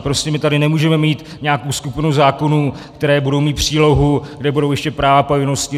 Prostě my tady nemůžeme mít nějakou skupinu zákonů, které budou mít přílohu, kde budou ještě práva a povinnosti.